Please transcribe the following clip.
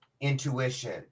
intuition